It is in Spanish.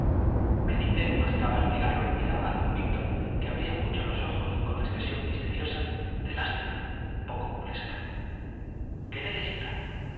benítez mascaba el cigarro y miraba a don víctor que abría mucho los ojos con expresión misteriosa de lástima un poco burlesca qué necesita